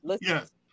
yes